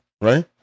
right